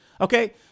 Okay